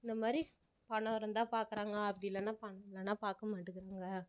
இந்த மாதிரி பணம் இருந்தால் பார்க்கறாங்க அப்படி இல்லைன்னா பணம் இல்லைன்னா பார்க்க மாட்டேக்குறாங்க